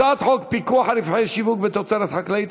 הצעת חוק פיקוח על רווחי שיווק בתוצרת חקלאית,